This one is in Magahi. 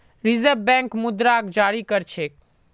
रिज़र्व बैंक मुद्राक जारी कर छेक